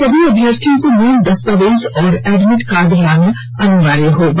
सभी अभ्यर्थियों को मूल दस्तावेज और एडमिट कार्ड लाना अनिवार्य होगा